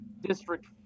district